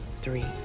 three